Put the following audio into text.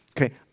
Okay